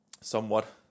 somewhat